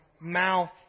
mouth